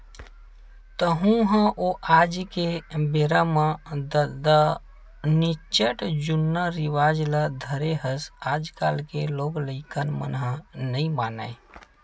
तँहू ह ओ आज के बेरा म ददा निच्चट जुन्नाहा रिवाज ल धरे हस आजकल के लोग लइका मन ह नइ मानय